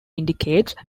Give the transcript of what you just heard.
indicates